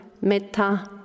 metta